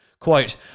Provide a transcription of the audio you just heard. Quote